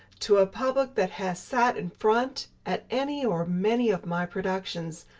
to a public that has sat in front at any or many of my productions,